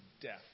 death